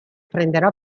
prenderò